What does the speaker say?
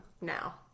now